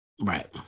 Right